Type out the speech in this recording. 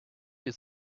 you